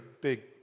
big